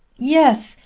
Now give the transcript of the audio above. yes!